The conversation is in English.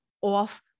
off